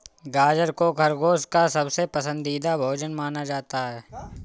गाजर को खरगोश का सबसे पसन्दीदा भोजन माना जाता है